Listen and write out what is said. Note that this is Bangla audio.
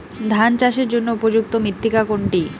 ধান চাষের জন্য উপযুক্ত মৃত্তিকা কোনটি?